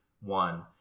one